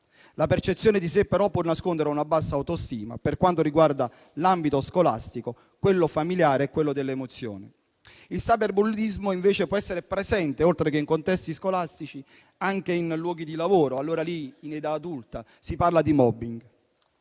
La percezione di sé, però, può nascondere una bassa autostima per quanto riguarda l'ambito scolastico, quello familiare e quello delle emozioni. Il cyberbullismo invece può essere presente, oltre che in contesti scolastici, anche in luoghi di lavoro. Allora lì, in età adulta, si parla di *mobbing*.